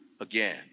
again